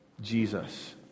Jesus